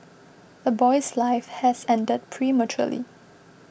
a boy's life has ended prematurely